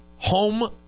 home